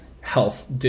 health